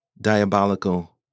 diabolical